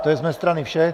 To je z mé strany vše.